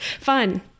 Fun